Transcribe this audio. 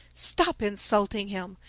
stop insulting him!